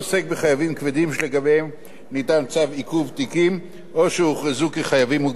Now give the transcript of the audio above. שלגביהם ניתן צו עיכוב תיקים או שהוכרזו כחייבים מוגבלים באמצעותם.